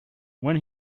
when